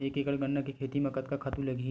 एक एकड़ गन्ना के खेती म कतका खातु लगही?